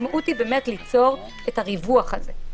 המשמעות היא באמת ליצור את הריווח הזה.